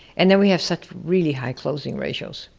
and then we have set really high closing ratios.